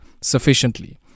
sufficiently